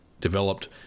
developed